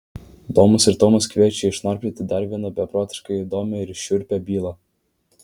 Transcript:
domas ir tomas kviečia išnarplioti dar vieną beprotiškai įdomią ir šiurpią bylą